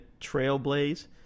trailblaze